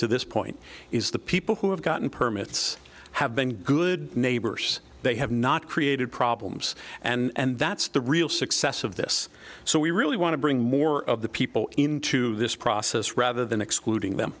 to this point is the people who have gotten permits have been good neighbors they have not created problems and that's the real success of this so we really want to bring more of the people into this process rather than excluding them